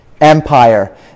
Empire